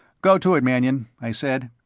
go to it, mannion, i said.